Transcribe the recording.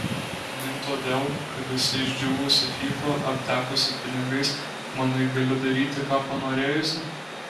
vien todėl kad esi išdžiūvusi fyfa aptekusi pinigais manai gali daryti ką panorėjusi